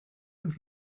los